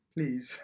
Please